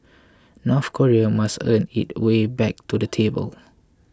North Korea must earn its way back to the table